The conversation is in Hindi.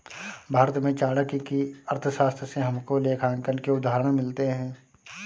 भारत में चाणक्य की अर्थशास्त्र से हमको लेखांकन के उदाहरण मिलते हैं